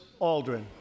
Aldrin